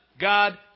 God